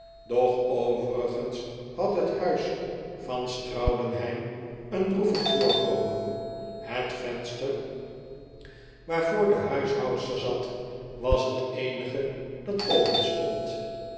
doch overigens had t huis van straudenheim een droevig voorkomen het venster waarvoor de huishoudster zat was t eenige dat